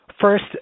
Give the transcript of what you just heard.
first